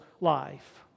life